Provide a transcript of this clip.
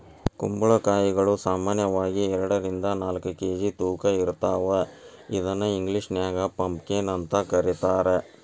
ಕುಂಬಳಕಾಯಿಗಳು ಸಾಮಾನ್ಯವಾಗಿ ಎರಡರಿಂದ ನಾಲ್ಕ್ ಕೆ.ಜಿ ತೂಕ ಇರ್ತಾವ ಇದನ್ನ ಇಂಗ್ಲೇಷನ್ಯಾಗ ಪಂಪಕೇನ್ ಅಂತ ಕರೇತಾರ